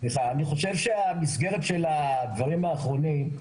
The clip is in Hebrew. אני חושב שהמסגרת של הדברים האחרונים,